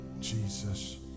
Jesus